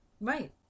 Right